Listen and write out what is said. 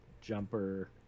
Jumper